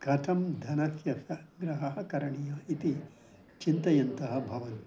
कथं धनस्य सङ्ग्रहः करणीयः इति चिन्तयन्तः भवन्ति